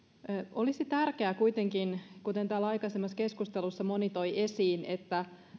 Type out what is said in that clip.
olisi tärkeää kuitenkin kuten täällä aikaisemmassa keskustelussa moni toi esiin että